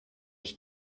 ich